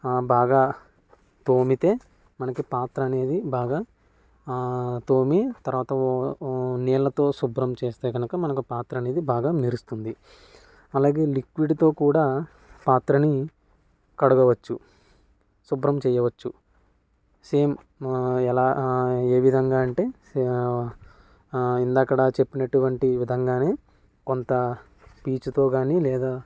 బాగా తోమితే మనకి పాత్ర అనేది బాగా తోమి తర్వాత నీళ్లతో శుభ్రం చేస్తే కనుక మనకు పాత్ర అనేది బాగా మెరుస్తుంది అలాగే లిక్విడ్తో కూడా పాత్రని కడగవచ్చు శుభ్రం చేయవచ్చు సేమ్ ఎలా ఏ విధంగా అంటే ఇందాకడ చెప్పినటువంటి ఈ విధంగానే కొంత పీచుతో గాని లేదా